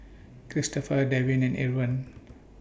Cristofer Devin and Irven